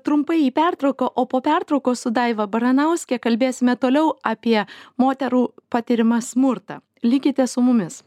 trumpai į pertrauką o po pertraukos su daiva baranauske kalbėsime toliau apie moterų patiriamą smurtą likite su mumis